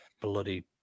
bloody